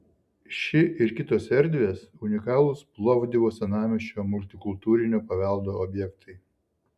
ši ir kitos erdvės unikalūs plovdivo senamiesčio multikultūrinio paveldo objektai